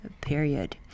period